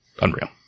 Unreal